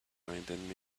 reminded